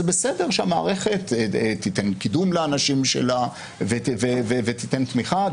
זה בסדר שהמערכת תיתן קידום לאנשים שלה ותיתן תמיכה.